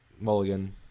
mulligan